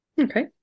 Okay